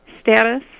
status